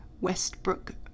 Westbrook